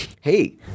Hey